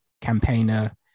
campaigner